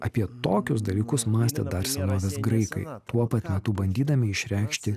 apie tokius dalykus mąstė dar senovės graikai tuo pat metu bandydami išreikšti